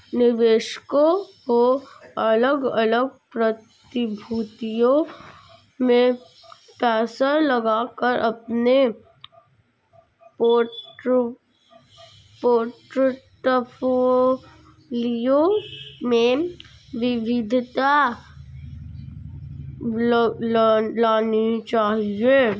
निवेशकों को अलग अलग प्रतिभूतियों में पैसा लगाकर अपने पोर्टफोलियो में विविधता लानी चाहिए